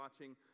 watching